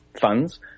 funds